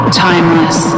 timeless